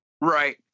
Right